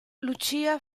lucia